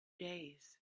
days